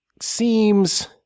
seems